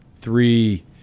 three